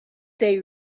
they